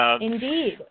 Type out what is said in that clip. Indeed